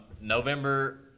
November